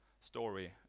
story